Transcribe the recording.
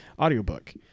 audiobook